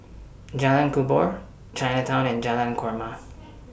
Jalan Kubor Chinatown and Jalan Korma